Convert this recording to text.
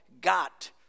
got